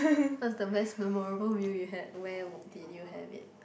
what's the best memorable view you had where did you have it